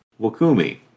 Wakumi